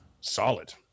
solid